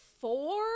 four